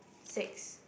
six